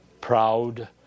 Proud